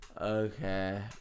Okay